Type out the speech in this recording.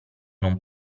non